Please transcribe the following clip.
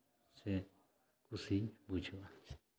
ᱥᱮ ᱠᱩᱥᱤᱧ ᱵᱩᱡᱷᱟᱹᱣᱟ